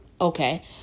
Okay